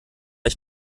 ich